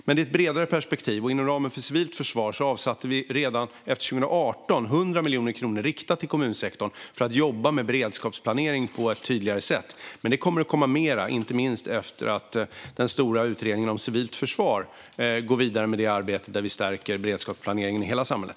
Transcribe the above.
I ett bredare perspektiv och inom ramen för civilt försvar avsatte vi 100 miljoner kronor riktade till kommunsektorn redan efter 2018 för att jobba med beredskapsplanering på ett tydligare sätt. Men det kommer att komma mer, inte minst efter det att den stora utredningen om civilt försvar går vidare med det arbete där vi stärker beredskapen och planeringen i hela samhället.